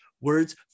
words